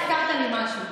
הזכרת לי משהו,